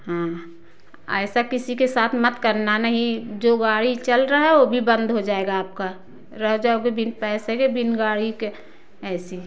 हाँ ऐसा किसी के साथ मत करना नहीं जो गाड़ी चल रहा है वह भी बंद हो जाएगा आपका रह जाओगे बिन पैसे के बिन गाड़ी के ऐसे ही